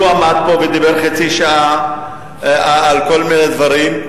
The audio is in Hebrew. הוא עמד פה ודיבר חצי שעה על כל מיני דברים,